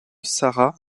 sarah